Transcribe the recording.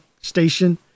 station